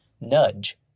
Nudge